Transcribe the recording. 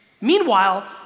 Meanwhile